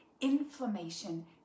inflammation